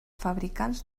fabricants